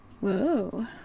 Whoa